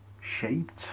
shaped